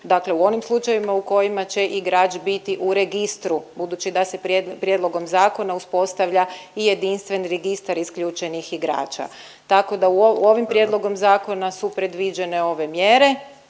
dakle u onim slučajevima u kojima će igrač biti u registru, budući da se prijedlogom zakona uspostavlja i jedinstveni registar isključenih igrača. Tako da u ovim, ovim prijedlogom zakona su predviđene ove mjere.